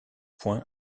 point